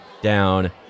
down